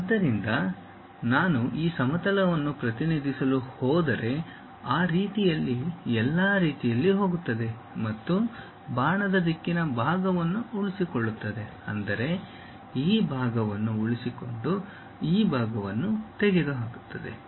ಆದ್ದರಿಂದ ನಾನು ಈ ಸಮತಲವನ್ನು ಪ್ರತಿನಿಧಿಸಲು ಹೋದರೆ ಆ ರೀತಿಯಲ್ಲಿ ಎಲ್ಲಾ ರೀತಿಯಲ್ಲಿ ಹೋಗುತ್ತದೆ ಮತ್ತು ಬಾಣದ ದಿಕ್ಕಿನ ಭಾಗವನ್ನು ಉಳಿಸಿಕೊಳ್ಳುತ್ತದೆ ಅಂದರೆ ಈ ಭಾಗವನ್ನು ಉಳಿಸಿಕೊಳ್ಳಿ ಈ ಭಾಗವನ್ನು ತೆಗೆದುಹಾಕಿ